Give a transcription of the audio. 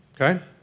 Okay